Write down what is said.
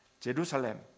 Jerusalem